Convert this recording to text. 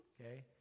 Okay